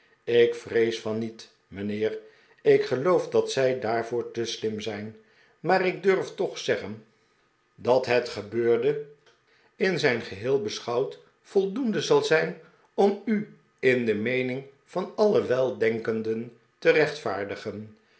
ik vrees van niet mijnheer ik geloof dat zij daarvoor te slim zijn maar ik durf toch zeggen dat het gebeurde in zijn geheel beschouwd voldoende zal zijn om u in de meening van alle weldenkenden te rechtvaardigen